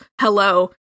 Hello